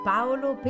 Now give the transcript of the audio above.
Paolo